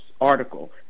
article